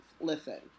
Listen